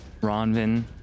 Ronvin